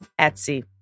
Etsy